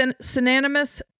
synonymous